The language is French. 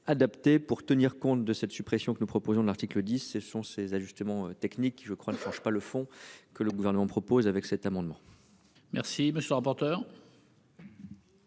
pour tenir compte de cette suppression que nous proposons de l'article 10. Ce sont ces ajustements techniques qui je crois ne change pas le fond, que le gouvernement propose avec cet amendement.-- Merci monsieur le rapporteur.--